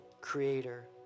Creator